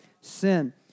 sin